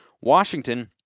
Washington